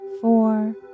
four